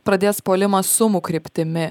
pradės puolimą sumų kryptimi